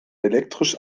elektrisch